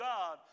God